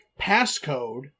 passcode